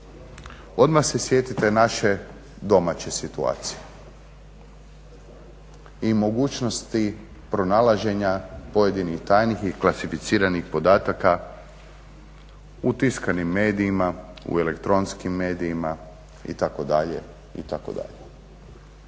odmah se sjetite naše domaće situacije i mogućnosti pronalaženja pojedinih tajnih i klasificiranih podataka u tiskanim medijima u elektronskim medijima i